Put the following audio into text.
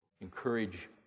Encourage